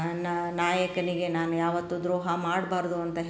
ನ ನಾಯಕನಿಗೆ ನಾನು ಯಾವತ್ತೂ ದ್ರೋಹ ಮಾಡಬಾರ್ದು ಅಂತ ಹೇಳಿ